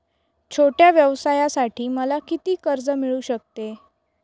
छोट्या व्यवसायासाठी मला किती कर्ज मिळू शकते?